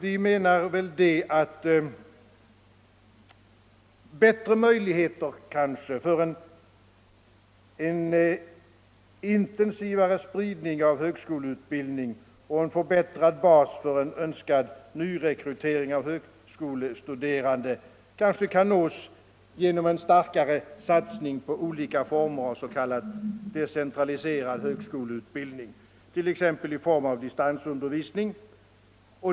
Vi menar att bättre möjligheter för en intensivare spridning av högskoleutbildning och en förbättrad bas för önskad rekrytering av högskolestuderande kanske kan nås genom en starkare satsning på olika former av s.k. decentraliserad högskoleutbildning, t.ex. i form av distansundervisning.